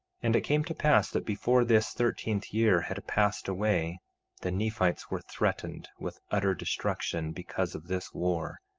and it came to pass that before this thirteenth year had passed away the nephites were threatened with utter destruction because of this war,